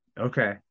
Okay